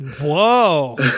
Whoa